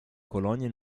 colonie